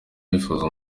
yifuza